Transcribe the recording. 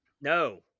No